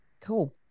cool